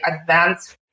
advanced